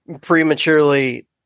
prematurely